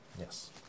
Yes